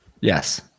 yes